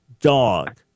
dog